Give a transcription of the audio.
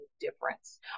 difference